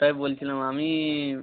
ওটাই বলছিলাম আমি